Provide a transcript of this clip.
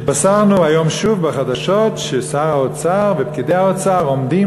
התבשרנו היום שוב בחדשות ששר האוצר ופקידי האוצר עומדים